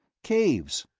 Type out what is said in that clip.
caves.